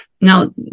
Now